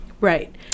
Right